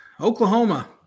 Oklahoma